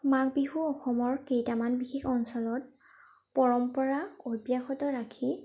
মাঘ বিহু অসমৰ কেইটামান বিশেষ অঞ্চলত পৰম্পৰা অব্যাহত ৰাখি